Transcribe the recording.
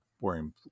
wearing